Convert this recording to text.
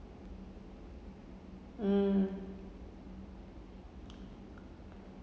mm